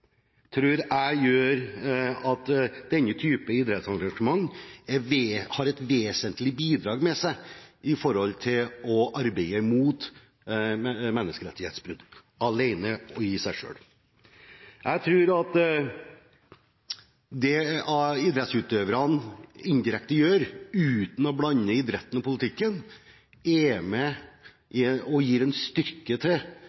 jeg alene og i seg selv gjør at denne typen idrettsarrangementer har et vesentlig bidrag med seg når det gjelder å arbeide imot menneskerettighetsbrudd. Jeg tror at det som idrettsutøverne indirekte gjør, uten å blande idrett og politikk, er med på å gi en styrke til